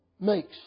makes